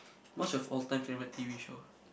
what's your all time favourite t_v show